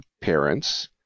parents